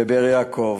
בבאר-יעקב.